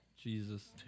Jesus